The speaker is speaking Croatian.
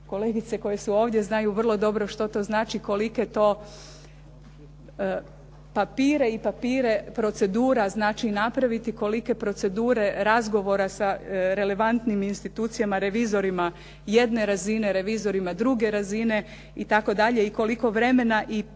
kolegice koje su ovdje znaju vrlo dobro što to znači kolike to papire i papire, procedura znači napraviti, kolike procedure razgovora sa relevantnim institucijama, revizorima jedne razine, revizorima druge razine itd. I koliko vremena i truda